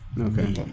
Okay